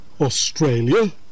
Australia